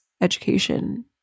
education